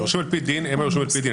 יורשים על-פי דין הם היורשים על-פי דין.